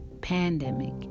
pandemic